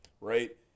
right